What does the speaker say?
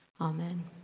Amen